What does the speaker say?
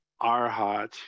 arhat